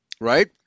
right